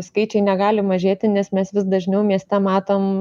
skaičiai negali mažėti nes mes vis dažniau mieste matom